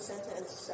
Sentence